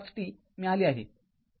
५ t मिळाले आहे